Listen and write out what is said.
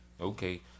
okay